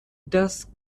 das